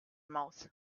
mouth